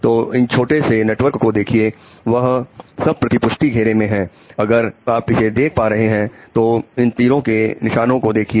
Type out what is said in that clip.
तो इस छोटे से नेटवर्क को देखिए वह सब प्रतिपुष्टि घेरे में है अगर आप इसे देख पा रहे हैं तो इन तीरों के निशान को देखिए